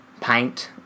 paint